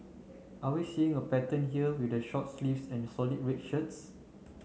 are we seeing a pattern here with the short sleeves and solid red shirts